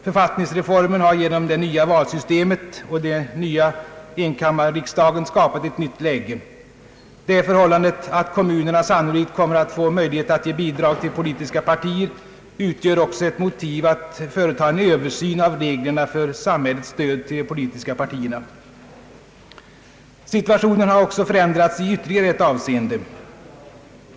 Författningsreformen har genom det nya valsystemet och den nya enkammarriksdagen skapat ett nyit läge. Det förhållandet att kommunerna sannolikt kommer att få möjlighet att ge bidrag till politiska partier utgör också ett motiv att företa en översyn av reglerna för samhällets stöd till de politiska partierna. Situationen har också förändrats i ytterligare ett avseende.